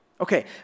Okay